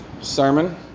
sermon